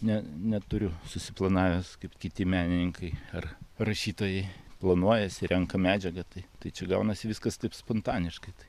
ne neturiu susiplanavęs kaip kiti menininkai ar rašytojai planuojasi renka medžiagą tai tai čia gaunasi viskas taip spontaniškai tai